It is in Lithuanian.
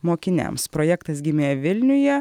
mokiniams projektas gimė vilniuje